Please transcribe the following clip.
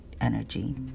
energy